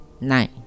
nine